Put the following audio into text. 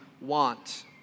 want